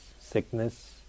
Sickness